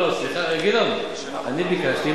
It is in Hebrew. גדעון, אני ביקשתי.